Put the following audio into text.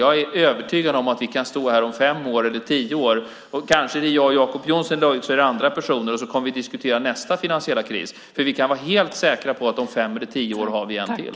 Jag är övertygad om att vi kan stå här om fem år eller tio år, kanske är det jag och Jacob Johnson eller andra personer, och så kommer vi att diskutera nästa finansiella kris. Vi kan vara helt säkra på att om fem eller tio år har vi en till.